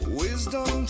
wisdom